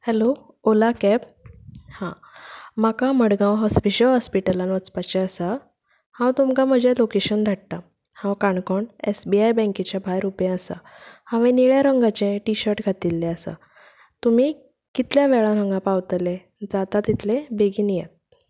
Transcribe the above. hello Ola cab हां म्हाका मडगांव हॉस्पिसियो हॉस्पिटलांत वचपाचें आसा हांव तुमकां म्हजे लोकेशन धाडटा हांव काणकोण एस बी आय बँकेच्या भायर उबें आसा हांवें निळ्या रंगाचें टि शर्ट घातिल्लें आसा तुमी कितल्या वेळान हांगा पावतले जाता तितले बेगीन येयात